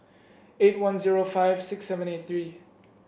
eight one zero five six seven eight three